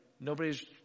nobody's